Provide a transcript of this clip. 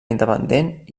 independent